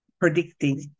predicting